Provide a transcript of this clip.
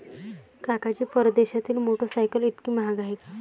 काका जी, परदेशातील मोटरसायकल इतकी महाग का आहे?